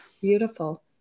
beautiful